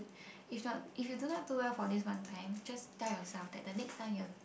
if not if you do not do well for this one time just tell yourself that the next time you're